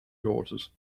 daughters